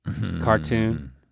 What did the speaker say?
cartoon